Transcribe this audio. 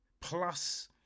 Plus